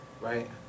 right